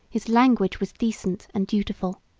his language was decent and dutiful.